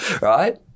right